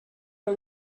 the